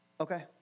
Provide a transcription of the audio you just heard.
okay